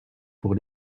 pour